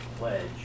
Pledge